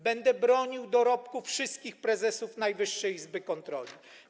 Będę bronił dorobku wszystkich prezesów Najwyższej Izby Kontroli.